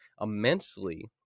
immensely